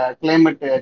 climate